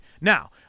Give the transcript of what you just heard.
Now –